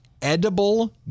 edible